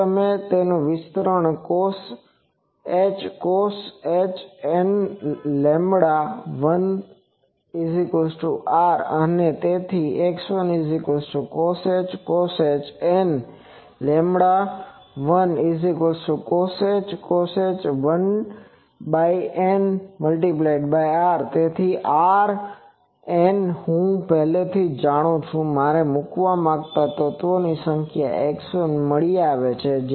જો તમે તેને જુઓ તો વિસ્તરણ cosh N1R અને તેથી x1cosh N1 cosh 1NR તેથી R N હું પહેલેથી જ જાણું છું કે મારે મૂકવા માંગતા તત્વોની સંખ્યા x1 મળી આવે છે